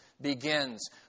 begins